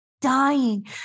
dying